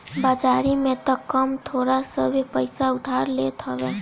बाजारी में तअ कम थोड़ सभे पईसा उधार लेत हवे